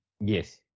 Yes